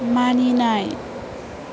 मानिनाय